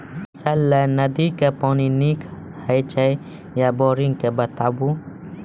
फसलक लेल नदी के पानि नीक हे छै या बोरिंग के बताऊ?